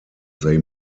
they